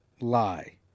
Lie